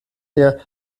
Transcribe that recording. der